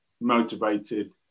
motivated